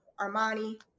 Armani